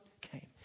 came